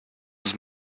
aus